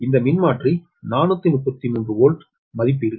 எனவே இந்த மின்மாற்றி 433 வோல்ட் மதிப்பீடு